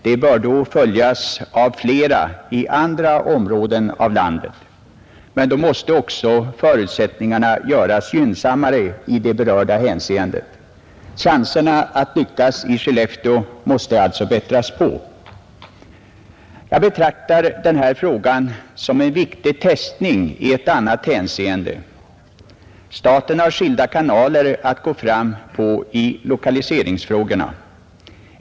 Det bör sedan följas av flera i andra delar av landet. Men för att chanserna att lyckas i Skellefteå skall bli bättre måste förutsättningarna göras gynnsammare. Denna fråga kan betraktas som ett viktigt test i ett annat hänseende. Staten har skilda kanaler att gå fram på i lokaliseringsfrågorna.